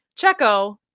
Checo